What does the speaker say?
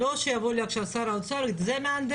לא שיבוא אלי עכשיו שר האוצר ויגיד: זה מהנדס,